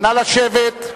נא לשבת.